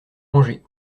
angers